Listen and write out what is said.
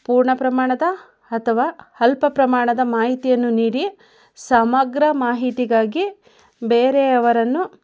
ಪೂರ್ಣ ಪ್ರಮಾಣದ ಅಥವಾ ಅಲ್ಪ ಪ್ರಮಾಣದ ಮಾಹಿತಿಯನ್ನು ನೀಡಿ ಸಮಗ್ರ ಮಾಹಿತಿಗಾಗಿ ಬೇರೆಯವರನ್ನು